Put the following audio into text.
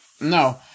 no